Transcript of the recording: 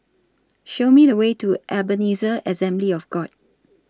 Show Me The Way to Ebenezer Assembly of God